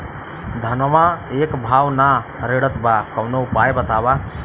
धनवा एक भाव ना रेड़त बा कवनो उपाय बतावा?